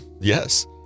yes